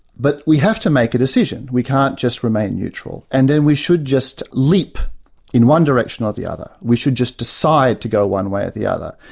but we have to make a decision. we can't just remain neutral. and then we should just leap in one direction or the other. we should just decide to go one way or the other.